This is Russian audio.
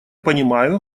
понимаю